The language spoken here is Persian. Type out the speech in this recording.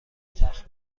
تخت